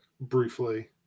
briefly